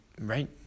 right